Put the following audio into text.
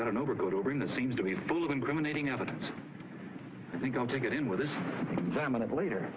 not an overcoat over in the seems to be full of incriminating evidence i think i'll take it in with his